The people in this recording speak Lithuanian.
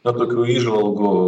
na tokių įžvalgų